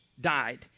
died